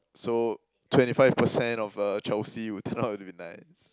so twenty five percent of a Chelsea would turn out to be nice